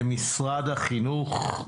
למשרד החינוך.